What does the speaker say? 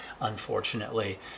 unfortunately